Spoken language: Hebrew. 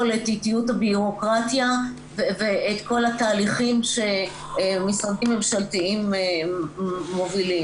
את איטיות הבירוקרטיה ואת כל התהליכים שמשרדים ממשלתיים מובילים.